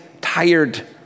tired